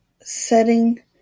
setting